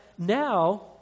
Now